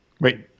Wait